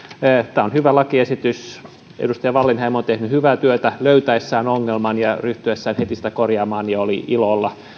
tämä on hyvä lakiesitys edustaja wallinheimo on tehnyt hyvää työtä löytäessään ongelman ja ryhtyessään heti sitä korjaamaan ja oli ilo olla